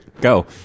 Go